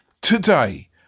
today